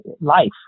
life